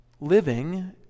living